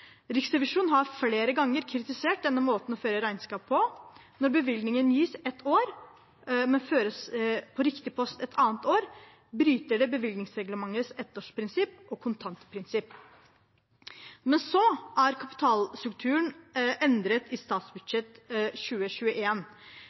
Riksrevisjonen har flere ganger kritisert denne måten å føre regnskap på. Når bevilgningen gis ett år, men føres på riktig post et annet år, bryter det bevilgningsreglementets ettårsprinsipp og kontantprinsipp. Men så er kapittelstrukturen endret i